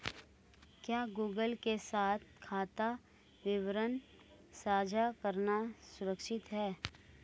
क्या गूगल के साथ खाता विवरण साझा करना सुरक्षित है?